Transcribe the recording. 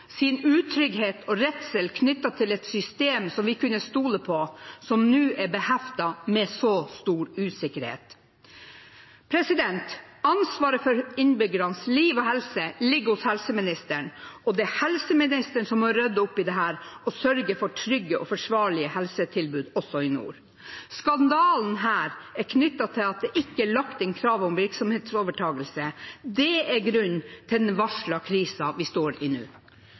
utrygghet og redsel knyttet til et system som vi kunne stole på, som nå er beheftet med så stor usikkerhet. Ansvaret for innbyggernes liv og helse ligger hos helseministeren, og det er helseministeren som må rydde opp i dette og sørge for trygge og forsvarlige helsetilbud, også i nord. Skandalen her er knyttet til at det ikke er lagt inn krav om virksomhetsoverdragelse. Det er grunnen til den varslede krisen vi står i nå.